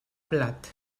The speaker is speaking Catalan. blat